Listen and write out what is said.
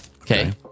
okay